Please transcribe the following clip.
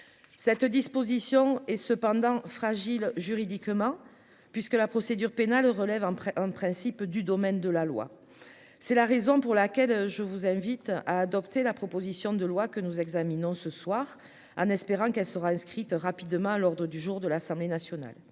cette disposition est cependant fragile juridiquement puisque la procédure pénale relève après un principe du domaine de la loi, c'est la raison pour laquelle je vous invite à adopter la proposition de loi que nous examinons ce soir, en espérant qu'elle sera inscrite rapidement à l'ordre du jour de l'Assemblée nationale,